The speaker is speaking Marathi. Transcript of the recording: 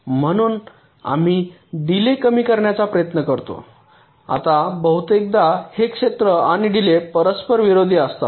म्हणून आम्ही डीले कमी करण्याचा प्रयत्न करतो आता बहुतेकदा हे क्षेत्र आणि डीले परस्पर विरोधी असतात